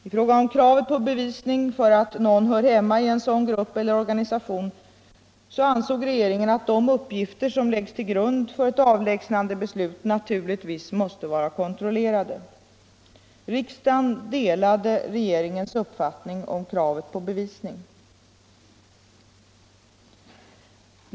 I fråga om kravet på bevisning för att någon hör hemma i en sådan grupp eller organisation, ansåg regeringen att de uppgifter som läggs till grund för ett avlägsnandebeslut naturligtvis måste vara kontrollerade. Riksdagen delade regeringens uppfattning om kravet på bevisning.